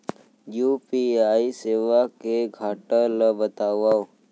UPI सेवा के घाटा ल बतावव?